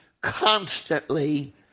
constantly